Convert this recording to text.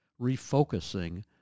refocusing